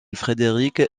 frédéric